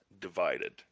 divided